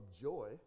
joy